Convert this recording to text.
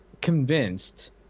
convinced